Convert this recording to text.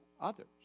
others